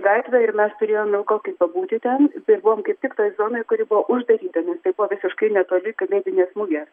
gatvę ir mes turėjom ilgokai pabūti ten buvom kaip tik toj zonoj kuri buvo uždaryta nes tai buvo visiškai netoli kalėdinės mugės